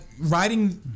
writing